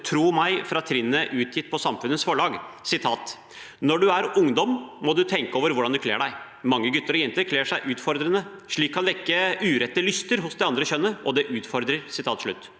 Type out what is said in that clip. «Tro meg 9», utgitt på Samfundets forlag: «Når du er ungdom, må du tenke over hvordan du kler deg. Mange gutter og jenter kler seg utfordrende. (…) Slikt kan vekke urette lyster hos det andre kjønnet, og det utfordrer.»